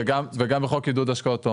וגם בחוק עידוד השקעות הון.